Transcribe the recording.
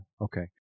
okay